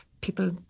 People